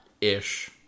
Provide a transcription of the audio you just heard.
Ish